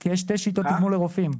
כי יש שתי שיטות תגמול לרופאים.